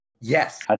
Yes